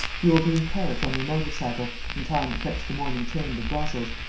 you will be in paris, on your motor-cycle, in time to catch the morning train to brussels,